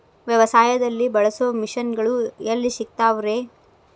ವ್ಯವಸಾಯದಲ್ಲಿ ಬಳಸೋ ಮಿಷನ್ ಗಳು ಎಲ್ಲಿ ಸಿಗ್ತಾವ್ ರೇ?